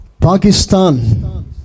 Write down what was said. Pakistan